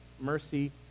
mercy